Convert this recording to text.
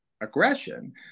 aggression